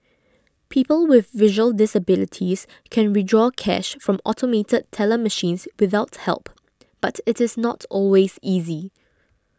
people with visual disabilities can withdraw cash from automated teller machines without help but it is not always easy